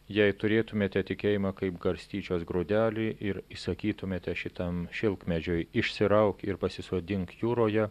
jei turėtumėte tikėjimą kaip garstyčios grūdelį ir įsakytumėte šitam šilkmedžiui išsirauk ir pasisodink jūroje